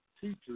teachers